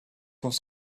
was